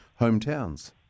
hometowns